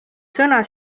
sõna